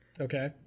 Okay